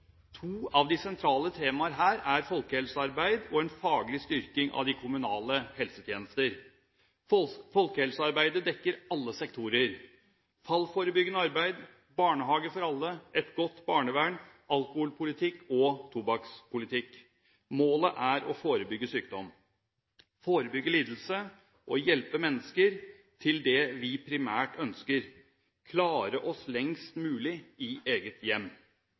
To av de sentrale temaer her er folkehelsearbeid og en faglig styrking av de kommunale helsetjenester. Folkehelsearbeidet dekker alle sektorer – fallforebyggende arbeid, barnehage for alle, et godt barnevern, alkoholpolitikk og tobakkspolitikk. Målet er å forebygge sykdom, å forebygge lidelse og å hjelpe mennesker til det vi primært ønsker – å klare oss lengst mulig i eget hjem.